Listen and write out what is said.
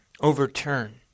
overturn